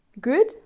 Good